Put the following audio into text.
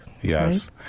Yes